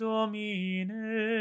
Domine